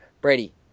Brady